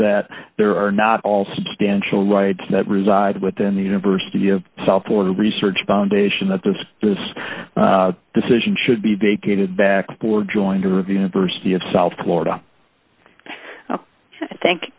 that there are not all substantial rights that reside within the university of south florida research foundation that this this decision should be vacated back four jointer of the university of south florida i think